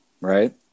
right